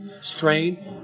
strain